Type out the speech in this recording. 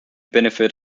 benefit